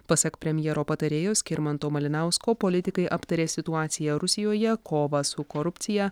pasak premjero patarėjo skirmanto malinausko politikai aptarė situaciją rusijoje kovą su korupcija